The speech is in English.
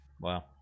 Wow